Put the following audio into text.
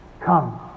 come